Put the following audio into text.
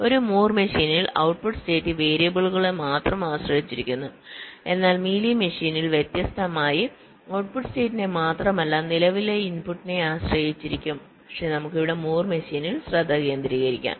ഒരു മൂർ മെഷീനിൽ output state വേരിയബിളുകളെ മാത്രം ആശ്രയിച്ചിരിക്കുന്നു എന്നാൽ മീലി മെഷീനിൽ വ്യത്യസ്തമായി ഔട്ട്പുട്ട് സ്റ്റേറ്റിനെ മാത്രമല്ല നിലവിലെ ഇൻപുട്ടിനെയും ആശ്രയിച്ചിരിക്കുന്നു പക്ഷേ നമുക്ക് ഇവിടെ മൂർ മെഷീനിൽ ശ്രദ്ധ കേന്ദ്രീകരിക്കാം